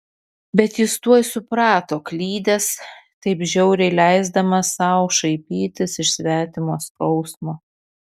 bet jis tuoj suprato klydęs taip žiauriai leisdamas sau šaipytis iš svetimo skausmo